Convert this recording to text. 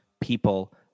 people